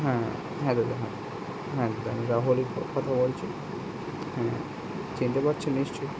হ্যাঁ হ্যাঁ দাদা হ্যাঁ হ্যাঁ দাদা আমি রাহুলই কথা বলছি হুম চিনতে পারছেন নিশ্চয়ই